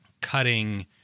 cutting